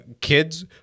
kids